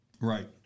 right